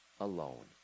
alone